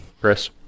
Chris